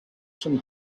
some